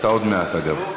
אתה עוד מעט, אגב.